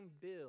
bill